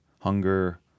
hunger